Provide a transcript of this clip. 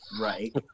Right